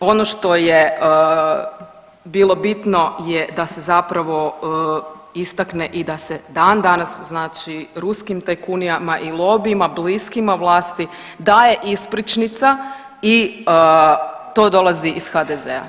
Ono što je bilo bitno je da se zapravo istakne i da se dan danas znači ruskim tajkunima i lobijima bliskima vlasti daje ispričnica i to dolazi iz HDZ-a.